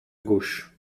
gauche